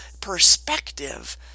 perspective